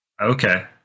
Okay